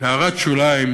הערת שוליים